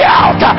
out